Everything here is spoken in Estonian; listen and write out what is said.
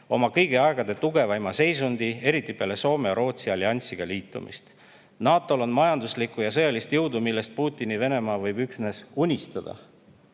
oma kõigi aegade tugevaima seisundi, seda just peale Soome ja Rootsi alliansiga liitumist. NATO-l on majanduslikku ja sõjalist jõudu, millest Putini Venemaa võib üksnes unistada.